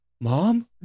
mom